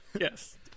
yes